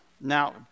Now